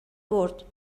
برد